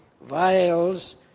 vials